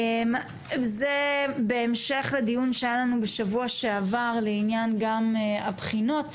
זה בהמשך לדיון שהיה לנו בשבוע שעבר לעניין גם הבחינות,